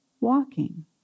walking